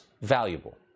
valuable